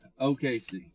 OKC